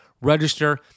Register